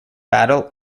battle